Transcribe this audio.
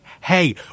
hey